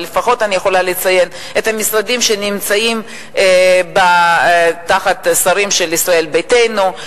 אבל לפחות אני יכולה לציין את המשרדים שנמצאים תחת שרים של ישראל ביתנו.